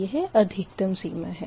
यह अधिकतम सीमा है